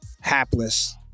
hapless